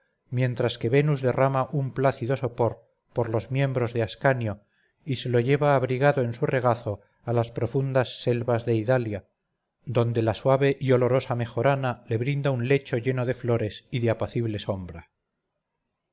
mientras que venus derrama un plácido sopor por los miembros de ascanio y se lo lleva abrigado en su regazo a las profundas selvas de idalia donde la suave y olorosa mejorana le brinda un lecho lleno de flores y de apacible sombra